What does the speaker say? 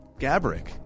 Gabrick